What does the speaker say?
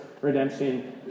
Redemption